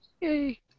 Yay